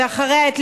ואחרי זה,